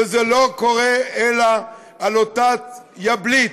וזה לא קורה אלא על אותה יבלית,